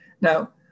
Now